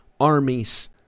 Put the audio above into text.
armies